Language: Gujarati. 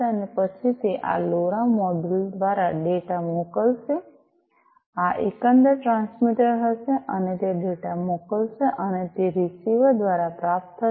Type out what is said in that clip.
અને પછી તે આ લોરા મોડ્યુલ દ્વારા ડેટા મોકલશે આ એકંદર ટ્રાન્સમીટર હશે અને તે ડેટા મોકલશે અને તે રીસીવર દ્વારા પ્રાપ્ત થશે